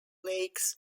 lakes